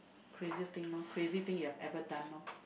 craziest thing lor crazy thing you have ever done lor